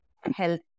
health